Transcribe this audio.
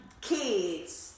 kids